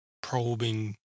probing